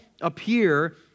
appear